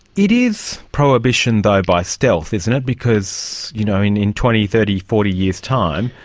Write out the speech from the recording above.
it is prohibition though by stealth, isn't it, because you know in in twenty, thirty, forty years' time,